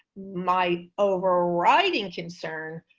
my overriding concern.